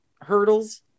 hurdles